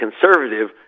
conservative